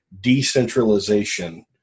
decentralization